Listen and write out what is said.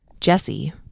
Jesse